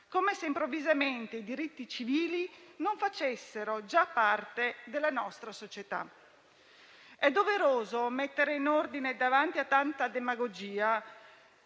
come se improvvisamente i diritti civili non facessero già parte della nostra società. È doveroso mettere ordine davanti a tanta demagogia,